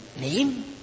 name